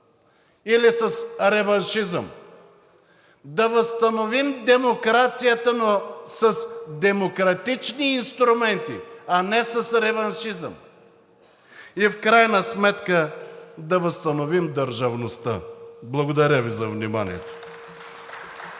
или с реваншизъм. Да възстановим демокрацията, но с демократични инструменти, а не с реваншизъм и в крайна сметка да възстановим държавността. Благодаря Ви за вниманието.